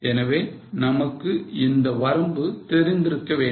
எனவே நமக்கு அந்த வரம்பு தெரிந்திருக்க வேண்டும்